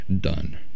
done